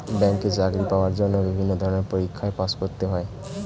ব্যাংকে চাকরি পাওয়ার জন্য বিভিন্ন ধরনের পরীক্ষায় পাস করতে হয়